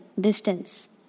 distance